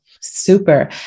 Super